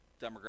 demographic